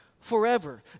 forever